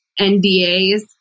NDAs